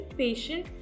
patient